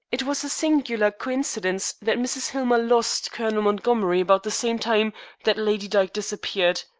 it was a singular coincidence that mrs. hillmer lost colonel montgomery about the same time that lady dyke disappeared.